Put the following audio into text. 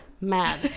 mad